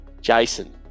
Jason